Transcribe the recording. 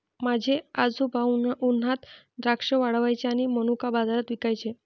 माझे आजोबा उन्हात द्राक्षे वाळवायचे आणि मनुका बाजारात विकायचे